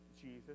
Jesus